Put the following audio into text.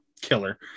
killer